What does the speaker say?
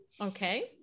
Okay